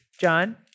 John